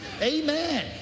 Amen